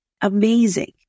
amazing